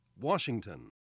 Washington